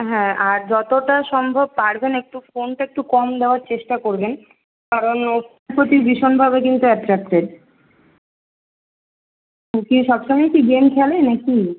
হ্যাঁ আর যতোটা সম্ভব পারবেন একটু ফোনটা একটু কম দেওয়ার চেষ্টা করবেন কারণ ওর প্রতি ভীষণভাবে কিন্তু অ্যাট্রাকটেড ও কি সব সময় কি গেম খেলে নাকি